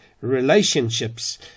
relationships